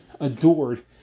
adored